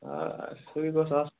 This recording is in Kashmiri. آ سُے گوٚژھ آس